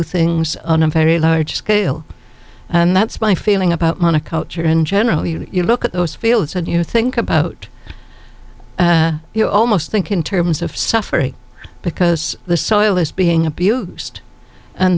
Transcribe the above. things on a very large scale and that's my feeling about monoculture in general you know you look at those fields and you think about you almost think in terms of suffering because the soil is being abused and